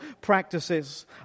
practices